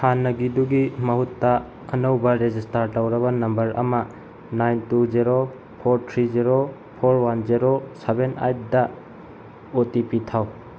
ꯍꯥꯟꯅꯒꯤꯗꯨꯒꯤ ꯃꯍꯨꯠꯇ ꯑꯅꯧꯕ ꯔꯦꯖꯤꯁꯇꯥꯔ ꯇꯧꯔꯕ ꯅꯝꯕꯔ ꯑꯃ nine two zero four three zero four one zero seven ꯑꯩꯠꯗ ꯑꯣ ꯇꯤ ꯄꯤ ꯊꯥꯎ